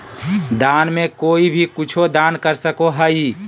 दान में कोई भी कुछु दान कर सको हइ